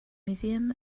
museum